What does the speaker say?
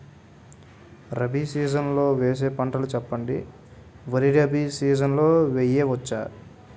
Rabi season లో వేసే పంటలు చెప్పండి? వరి రబీ సీజన్ లో వేయ వచ్చా?